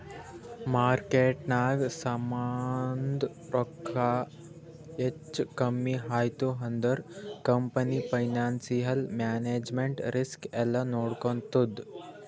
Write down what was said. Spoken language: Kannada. ಮಾರ್ಕೆಟ್ನಾಗ್ ಸಮಾಂದು ರೊಕ್ಕಾ ಹೆಚ್ಚಾ ಕಮ್ಮಿ ಐಯ್ತ ಅಂದುರ್ ಕಂಪನಿ ಫೈನಾನ್ಸಿಯಲ್ ಮ್ಯಾನೇಜ್ಮೆಂಟ್ ರಿಸ್ಕ್ ಎಲ್ಲಾ ನೋಡ್ಕೋತ್ತುದ್